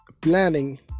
planning